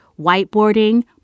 whiteboarding